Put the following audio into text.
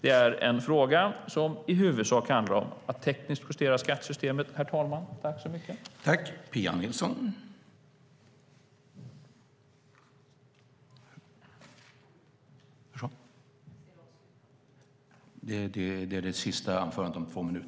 Det är en fråga som i huvudsak handlar om att tekniskt justera skattesystemet.